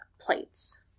plates